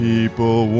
People